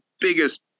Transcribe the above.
biggest